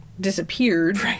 disappeared